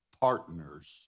partners